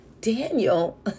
Daniel